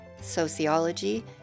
sociology